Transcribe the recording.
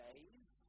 Days